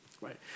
right